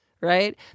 Right